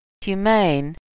Humane